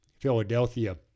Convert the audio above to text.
Philadelphia